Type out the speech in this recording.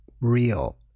real